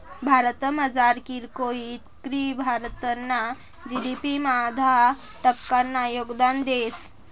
भारतमझार कीरकोय इकरी भारतना जी.डी.पी मा दहा टक्कानं योगदान देस